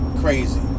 crazy